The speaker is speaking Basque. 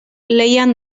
lehian